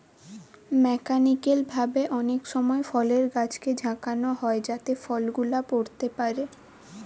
mechanical ভাবে অনেক সময় ফলের গাছকে ঝাঁকানো হয় যাতে ফল গুলা পড়তে পারে